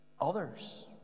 others